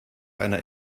einer